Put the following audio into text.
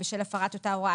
בשל הפרת אותה הוראה,